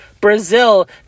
Brazil